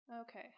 Okay